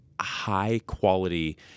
high-quality